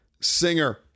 Singer